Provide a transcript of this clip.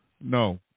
no